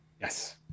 Yes